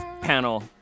panel